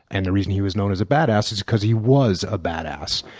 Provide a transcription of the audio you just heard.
and the reason he was known as a bad ass is because he was a bad ass.